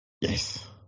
Yes